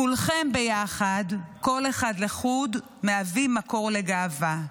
כולכם ביחד, כל אחד לחוד, מהווים מקור לגאווה.